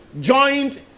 Joint